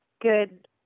good